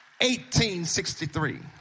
1863